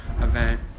Event